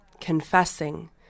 Confessing